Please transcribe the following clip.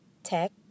tech